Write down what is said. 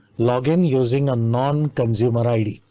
log in using a non consumer id.